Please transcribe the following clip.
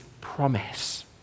promise